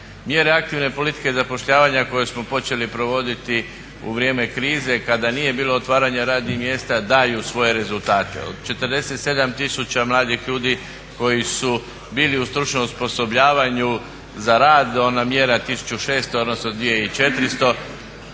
Mjere aktivne politike zapošljavanja koje smo počeli provoditi u vrijeme krize kada nije bilo otvaranja radnih mjesta daju svoje rezultate. Od 47 000 mladih ljudi koji su bili u stručnom osposobljavanju za rad, ona mjera 1600 odnosno 2400,